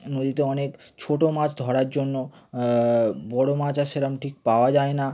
নদীতে অনেক ছোট মাছ ধরার জন্য বড় মাছ আর সেরকম ঠিক পাওয়া যায় না